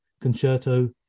concerto